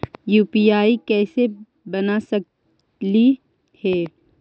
UPI कैसे बना सकली हे?